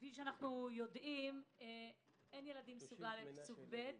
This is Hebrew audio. כפי שאנו יודעים, אין ילדים סוג א', סוג ב'.